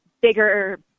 bigger